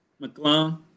McClung